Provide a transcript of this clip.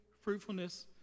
fruitfulness